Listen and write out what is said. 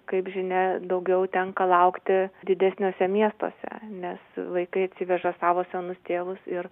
kaip žinia daugiau tenka laukti didesniuose miestuose nes vaikai atsiveža savo senus tėvus ir